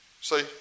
See